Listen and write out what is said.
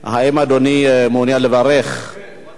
האם אדוני מעוניין לברך?